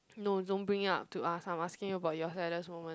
no don't bring it up to us I'm asking you about your saddest moment